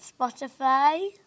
Spotify